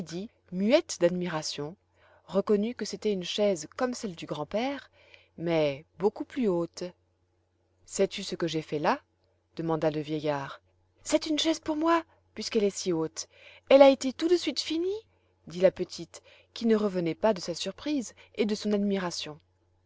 muette d'admiration reconnut que c'était une chaise comme celle du grand-père mais beaucoup plus haute sais-tu ce que j'ai fait là demanda le vieillard c'est une chaise pour moi puisqu'elle est si haute elle a été tout de suite finie dit la petite qui ne revenait pas de sa surprise et de son admiration